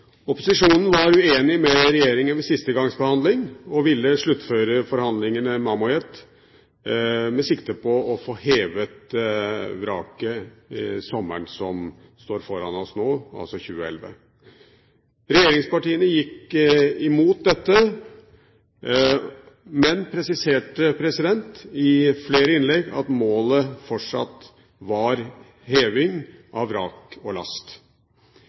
Opposisjonen var uenig med regjeringen ved siste gangs behandling og ville sluttføre forhandlingene med Mammoet med sikte på å få hevet vraket sommeren som står foran oss nå, altså i 2011. Regjeringspartiene gikk imot dette, men presiserte i flere innlegg at målet fortsatt var heving av vrak og last.